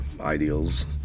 ideals